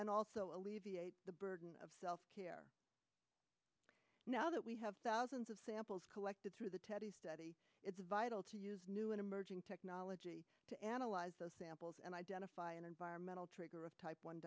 and also alleviate the burden of here now that we have thousands of samples collected through the teddies study it's vital to use new and emerging technology to analyze the samples and identify an environmental trigger of type one